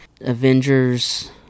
Avengers